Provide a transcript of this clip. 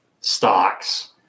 stocks